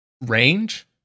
range